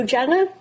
Jenna